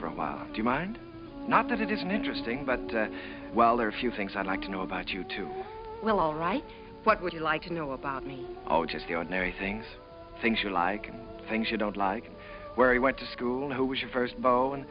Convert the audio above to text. for a while do you mind not that it isn't interesting but well there are a few things i'd like to know about you too well all right what would you like to know about me oh just the ordinary things things you like things you don't like where you went to school who was your first blow and